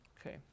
Okay